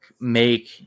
make